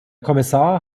kommissar